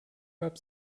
gab